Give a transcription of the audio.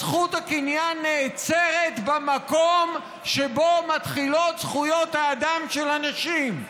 אז זכות הקניין נעצרת במקום שבו מתחילות זכויות האדם של אנשים.